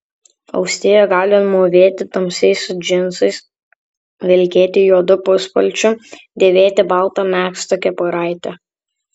austėja gali mūvėti tamsiais džinsais vilkėti juodu puspalčiu dėvėti baltą megztą kepuraitę